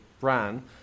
ran